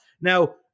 Now